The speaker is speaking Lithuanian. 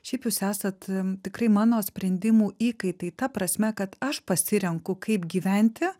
šiaip jūs esat tikrai mano sprendimų įkaitai ta prasme kad aš pasirenku kaip gyventi